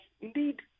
indeed